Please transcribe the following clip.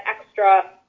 extra